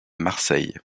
marseille